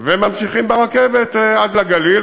וממשיכים ברכבת עד לגליל,